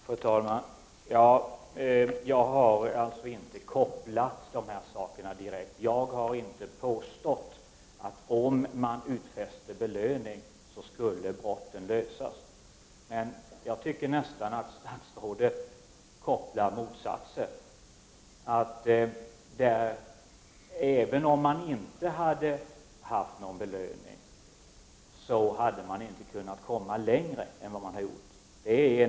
Fru talman! Jag har inte alls direkt kopplat de här sakerna till varandra. Jag har inte påstått att om man utfäster belöningar så skulle brotten lösas. Men jag tycker nästan att statsrådet gör den motsatta kopplingen — även om man inte hade haft någon belöning så hade man inte kunnat komma längre än man har gjort.